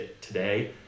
today